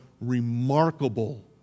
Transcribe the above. remarkable